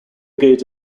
gate